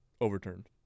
overturned